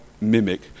mimic